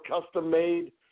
custom-made